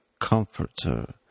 Comforter